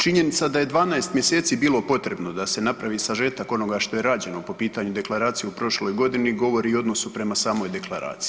Činjenica da je 12. mjeseci bilo potrebno da se napravi sažetak onoga što je rađeno po pitanju deklaracije u prošloj godini govori o odnosu prema samoj deklaraciji.